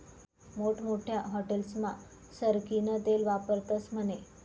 मोठमोठ्या हाटेलस्मा सरकीनं तेल वापरतस म्हने